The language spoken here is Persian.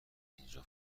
اینجا